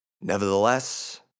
Nevertheless